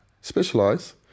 specialize